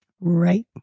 Right